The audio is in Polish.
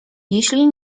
jeśli